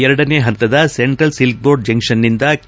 ಎರಡನೇ ಪಂತದ central silk board ಜಂಕ್ಷನ್ನಿಂದ ಕೆ